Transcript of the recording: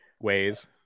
ways